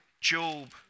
Job